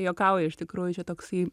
juokauja iš tikrųjų čia toksai